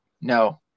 no